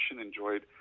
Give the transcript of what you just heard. enjoyed